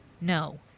No